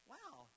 Wow